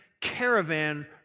caravan